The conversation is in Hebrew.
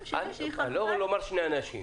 אני לא אומר שני אנשים.